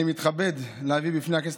אני מתכבד להביא בפני הכנסת,